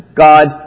God